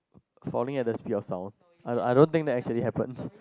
falling at the speed of sound I I don't think that actually happens